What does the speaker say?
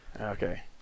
Okay